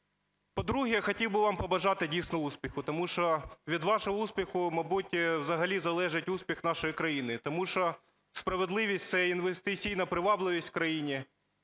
По-друге, хотів би вам побажати дійсно успіху. Тому що від вашого успіху, мабуть, взагалі залежить успіх нашої країни. Тому що справедливість – це інвестиційна привабливість в країні.